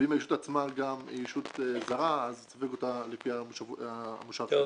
ואם הישות עצמה היא ישות זרה אז יסווג אותה לפי המושב גם.